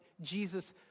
Jesus